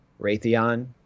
Raytheon